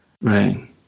Right